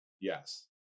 yes